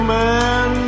man